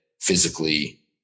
physically